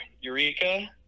Eureka